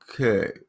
Okay